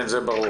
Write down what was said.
כן, זה ברור.